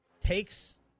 takes